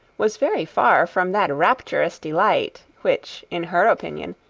was very far from that rapturous delight, which, in her opinion,